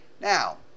Now